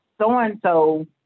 so-and-so